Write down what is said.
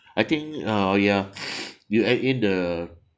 I think uh ya you add in the